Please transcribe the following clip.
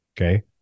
Okay